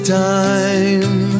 time